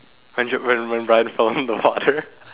wh~ when Brian fell in the water